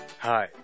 Hi